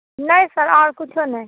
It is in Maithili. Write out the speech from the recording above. नहि सर आओर कुच्छो नहि